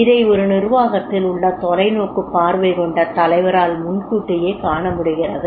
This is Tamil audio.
இதை ஒரு நிர்வாகத்தில் உள்ள தொலைநோக்குப் பார்வை கொண்ட தலைவரால் முன்கூட்டியே காண முடிகிறது